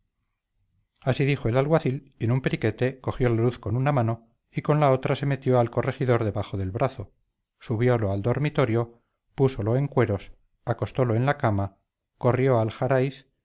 así dijo el alguacil y en un periquete cogió la luz con una mano y con la otra se metió al corregidor debajo del brazo subiólo al dormitorio púsolo en cueros acostólo en la cama corrió al jaraíz